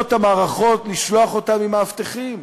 המערכות נאלצות לשלוח אותם עם מאבטחים.